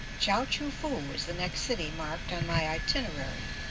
chao-choo-foo is the next city marked on my itinerary,